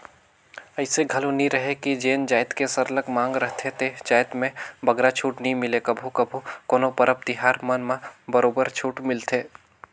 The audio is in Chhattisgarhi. अइसे घलो नी रहें कि जेन जाएत के सरलग मांग रहथे ते जाएत में बगरा छूट नी मिले कभू कभू कोनो परब तिहार मन म बरोबर छूट मिलथे